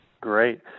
great